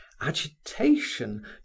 agitation